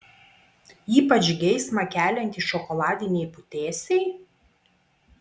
ypač geismą keliantys šokoladiniai putėsiai